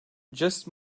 just